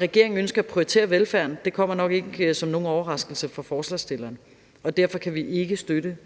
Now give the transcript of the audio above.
Regeringen ønsker at prioritere velfærden. Det kommer nok ikke som nogen overraskelse for forslagsstillerne, og derfor kan vi ikke støtte